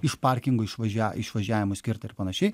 iš parkingo išvažiav išvažiavimui skirta ir panašiai